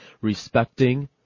respecting